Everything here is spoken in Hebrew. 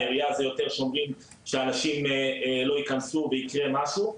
עירייה יותר שומרים שאנשים לא ייכנסו וייקרה משהו.